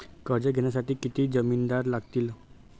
कर्ज घेण्यासाठी किती जामिनदार लागतील?